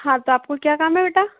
हाँ तो आपको क्या काम है बेटा